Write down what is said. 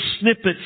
snippets